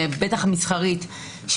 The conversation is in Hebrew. בטח המסחרית,